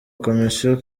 komisiyo